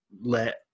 let